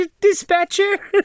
Dispatcher